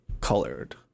colored